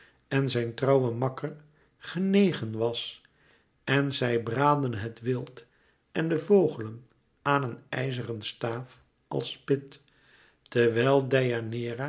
en zijn trouwen makker genegen was en zij braadden het wild en de vogelen aan een ijzeren staaf als spit terwijl